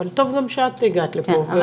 אבל טוב גם שאת הגעת לפה.